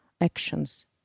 actions